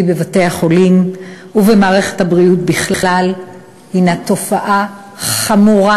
בבתי-החולים ובמערכת הבריאות בכלל היא תופעה חמורה,